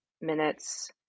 minutes